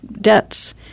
debts